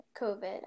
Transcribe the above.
COVID